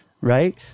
right